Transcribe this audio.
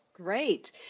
Great